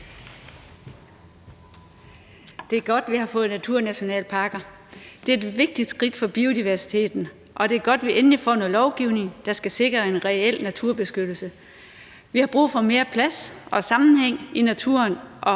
Det er godt, at vi har fået naturnationalparker, det er et vigtigt skridt for biodiversiteten, og det er godt, at vi endelig får noget lovgivning, der skal sikre en reel naturbeskyttelse. Vi har brug for mere plads og sammenhæng i naturen,